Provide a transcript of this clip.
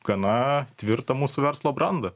gana tvirtą mūsų verslo brandą